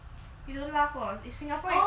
you don't laugh hor if singapore impact lah